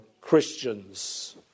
Christians